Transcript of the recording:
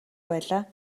байлаа